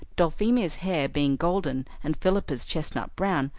dulphemia's hair being golden and philippa's chestnut-brown,